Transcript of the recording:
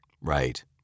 Right